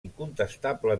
incontestable